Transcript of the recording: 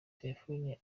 telefoni